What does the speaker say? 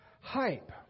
hype